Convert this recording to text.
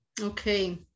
Okay